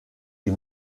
die